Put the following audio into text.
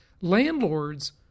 landlords